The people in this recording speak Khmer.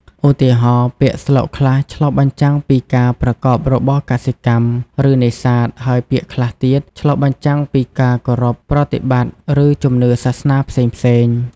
ឧទាហរណ៍ ពាក្យស្លោកខ្លះឆ្លុះបញ្ចាំងពីការប្រកបរបរកសិកម្ម ឬនេសាទ ហើយពាក្យខ្លះទៀតឆ្លុះបញ្ចាំងពីការគោរពប្រតិបត្តិ ឬជំនឿសាសនាផ្សេងៗ។